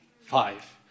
Five